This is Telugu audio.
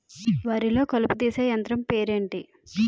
వరి లొ కలుపు తీసే యంత్రం పేరు ఎంటి?